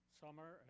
summer